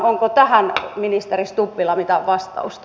onko tähän ministeri stubbilla mitään vastausta